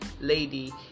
lady